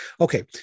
Okay